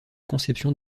conception